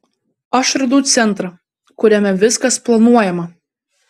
aš radau centrą kuriame viskas planuojama